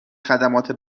خدمات